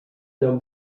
lloc